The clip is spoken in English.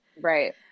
Right